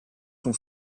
son